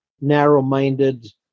narrow-minded